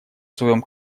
своем